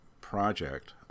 project